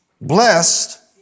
blessed